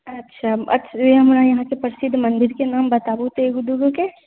अच्छा हमरा यहाँके प्रसिद्ध मंदिरके नाम बताबूँ तऽ एगो दूगोके